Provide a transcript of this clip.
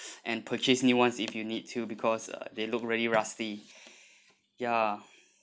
and purchase new ones if you need to because they look really rusty ya